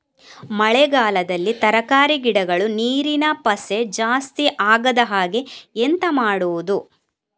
ಮಳೆಗಾಲದಲ್ಲಿ ತರಕಾರಿ ಗಿಡಗಳು ನೀರಿನ ಪಸೆ ಜಾಸ್ತಿ ಆಗದಹಾಗೆ ಎಂತ ಮಾಡುದು?